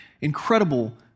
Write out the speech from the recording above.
incredible